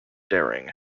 daring